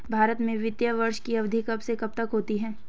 भारत में वित्तीय वर्ष की अवधि कब से कब तक होती है?